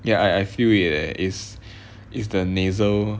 ya I I feel it it's it's the nasal